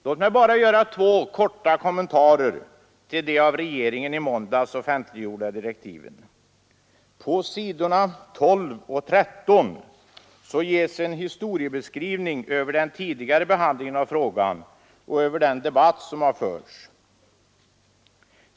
Låt mig bara göra två korta kommentarer till de av regeringen i måndags offentliggjorda direktiven. På s. 12 och 13 ges en historiebeskrivning över den tidigare behandlingen av frågan och över den debatt som har förts.